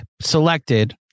selected